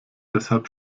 deshalb